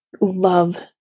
love